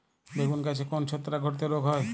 বেগুন গাছে কোন ছত্রাক ঘটিত রোগ হয়?